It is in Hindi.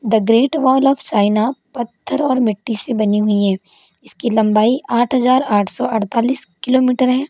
the great wall of China पत्थर और मिट्टी से बनी हुई है इसकी लंबाई आठ हज़ार आठ सौ अड़तालिस किलोमीटर है